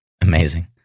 amazing